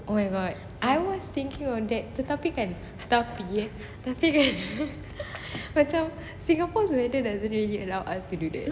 oh my god I was thinking of that tetapi kan tetapi eh tapi kan macam singapore's weather doesn't really allow us to do that